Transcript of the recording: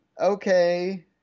Okay